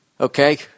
okay